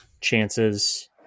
chances